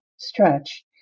stretch